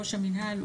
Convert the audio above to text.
ראש המינהל,